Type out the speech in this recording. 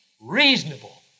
reasonable